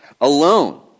alone